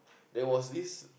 there was this